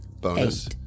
bonus